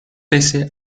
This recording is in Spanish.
pese